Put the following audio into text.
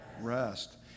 rest